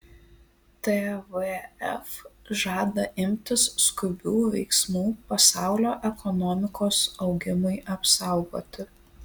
tvf žada imtis skubių veiksmų pasaulio ekonomikos augimui apsaugoti